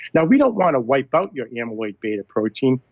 now we don't want to wipe out your amyloid beta protein,